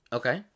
okay